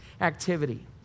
activity